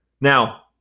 Now